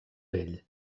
bell